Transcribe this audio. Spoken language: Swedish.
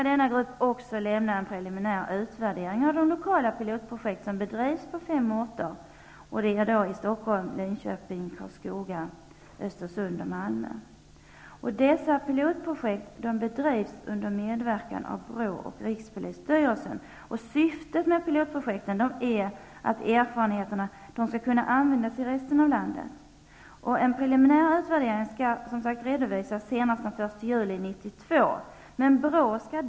Denna grupp skall även lämna en preliminär utvärdering av de lokala pilotprojekt som bedrivs på fem orter, nämligen Stockholm, Dessa pilotprojekt bedrivs under medverkan av BRÅ och rikspolisstyrelsen. Syftet med dessa pilotprojekt är att erfarenheterna skall kunna användas i resten av landet. En preliminär utvärdering skall redovisas senast den 1 juli 1992.